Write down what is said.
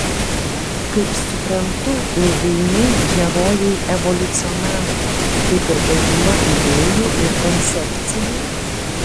kaip suprantu ilgainiui herojai evoliucionavo kaip ir dauguma idėjų ir koncepcijų